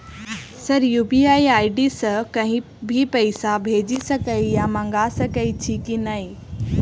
Sir UPI ID सँ कहि भी पैसा भेजि सकै या मंगा सकै छी की न ई?